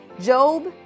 Job